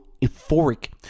euphoric